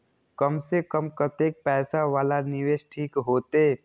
कम से कम कतेक पैसा वाला निवेश ठीक होते?